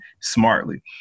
smartly